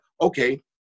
Okay